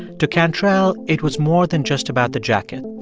to cantrell, it was more than just about the jacket.